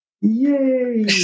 Yay